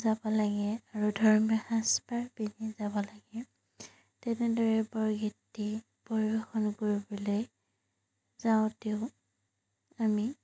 যাব লাগে আৰু ধৰ্মীয় সাজপাৰ পিন্ধি যাব লাগে তেনেদৰে বৰগীতটি পৰিৱেশন কৰিবলৈ যাওঁতেও আমি